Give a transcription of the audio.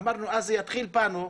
אמרנו אז שזה יתחיל בנו,